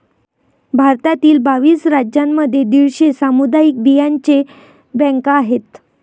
भारतातील बावीस राज्यांमध्ये दीडशे सामुदायिक बियांचे बँका आहेत